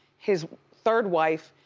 his third wife,